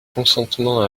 consentement